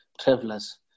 travelers